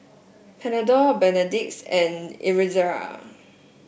Panadol Betadine and Ezerra